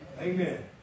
Amen